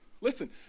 Listen